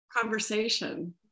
conversation